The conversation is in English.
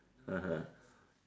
(uh huh)